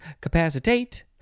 Capacitate